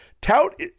Tout